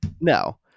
No